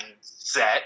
set